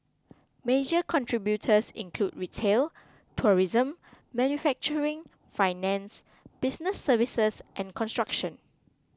major contributors include retail tourism manufacturing finance business services and construction